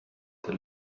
that